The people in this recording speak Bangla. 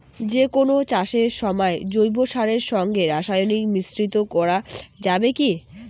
যে কোন চাষের সময় জৈব সারের সঙ্গে রাসায়নিক মিশ্রিত করা যাবে কি?